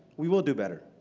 we will do better.